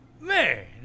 man